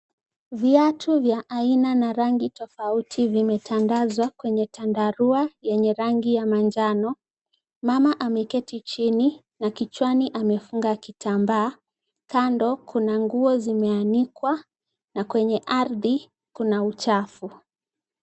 Viatu vya aina na rangi tofauti vimetandazwa kwenye chandarua yenye rangi ya manjano, mama ameketi chini na kichwani amefunga kitambaa, kando, kuna nguo zimeanikwa, na kwenye ardhi kuna uchafu.